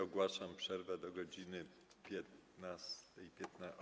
Ogłaszam przerwę do godz. 15.